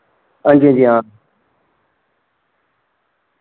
हांजी हांजी हां